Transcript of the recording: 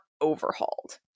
overhauled